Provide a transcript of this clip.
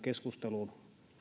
keskusteluun talouspolitiikasta